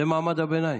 זה מעמד הביניים.